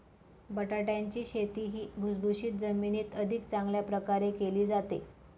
बटाट्याची शेती ही भुसभुशीत जमिनीत अधिक चांगल्या प्रकारे केली जाते